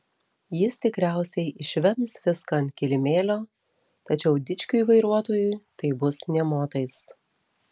jis tikriausiai išvems viską ant kilimėlio tačiau dičkiui vairuotojui tai bus nė motais